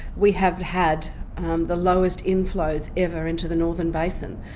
we have had the lowest inflows ever into the northern basin.